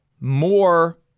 more